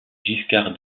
giscard